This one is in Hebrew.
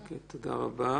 תודה רבה.